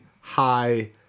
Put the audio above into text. high